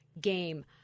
game